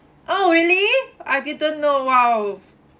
oh really I didn't know !wow!